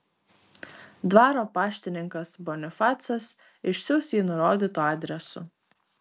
dvaro paštininkas bonifacas išsiųs jį nurodytu adresu